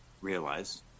realize